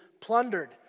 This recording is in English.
plundered